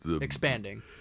expanding